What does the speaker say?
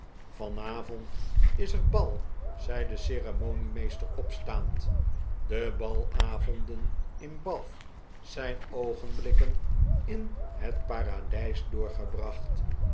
vanavond is er bal zei de ceremoniemeester opstaand de balavonden in bath zijn oogenblikken in het paradijs doorgebracht